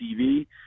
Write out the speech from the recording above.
TV